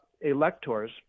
electors